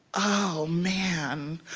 oh, man.